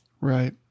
Right